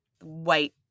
white